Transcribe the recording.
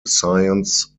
science